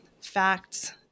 facts